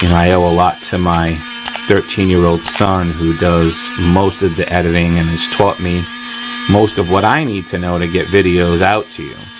and ah ah lot to my thirteen year old son who does most of the editing and has taught me most of what i need to know to get videos out to you.